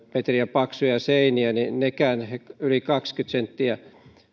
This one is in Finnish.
paksuja seiniä niin sekään yli kaksikymmentä senttiä